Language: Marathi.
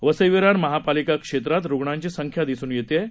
वसई विरार महानगरपालिका क्षेत्रात रुग्णांची संख्या दिसून येतेयं